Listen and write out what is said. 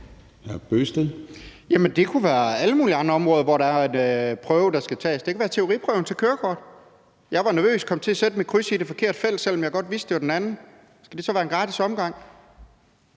Det kunne være alle mulige andre områder, hvor der skal tages en prøve. Det kunne være teoriprøven til kørekort. Hvis man har været nervøs og er kommet til at sætte sit kryds i det forkerte felt, selv om man godt vidste, at det skulle sættes i et andet felt, skal det så være en gratis omgang?